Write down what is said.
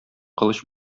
кылыч